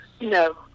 No